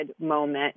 moment